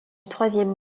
troisième